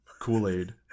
Kool-Aid